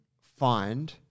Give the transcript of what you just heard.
find